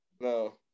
No